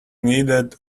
needed